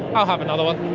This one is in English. i'll have another one.